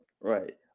Right